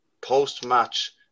post-match